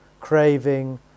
craving